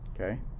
Okay